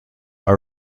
are